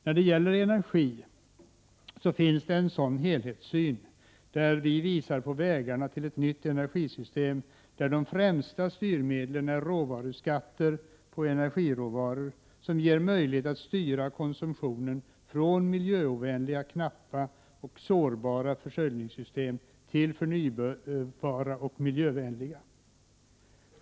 När det gäller energin finns det en sådan helhetssyn, där vi visar på vägarna till ett nytt energisystem, där det främsta styrmedlet är råvaruskatter på energiråvaror som ger möjlighet att styra konsumtionen från miljöovänliga, knappa och sårbara försörjningssystem till förnybara och miljövänliga.